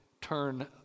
turn